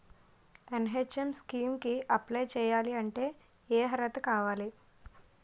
NHM scheme కి apply చేయాలి అంటే ఏ అర్హత కావాలి?